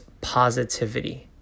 positivity